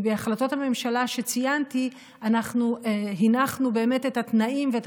ובהחלטות הממשלה שציינתי אנחנו הנחנו את התנאים ואת